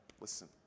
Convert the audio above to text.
listen